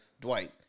Dwight